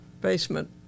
basement